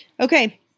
Okay